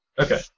Okay